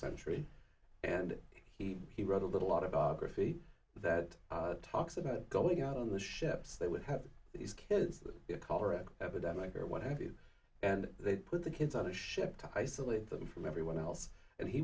century and he he wrote a little autobiography that talks about going out on the ships they would have these kids the cholera epidemic or what have you and they put the kids on the ship to isolate them from everyone else and he